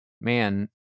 man